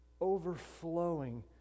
overflowing